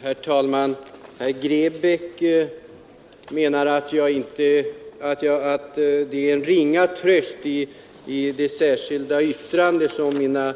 Herr talman! Herr Grebäck menar att det särskilda yttrande som mina